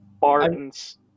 Bartons